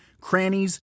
crannies